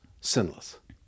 sinless